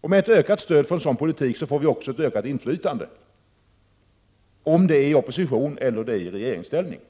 Och med ett ökat stöd för en sådan politik får vi också ett ökat inflytande, antingen i oppositionsställning eller i regeringsställning.